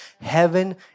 Heaven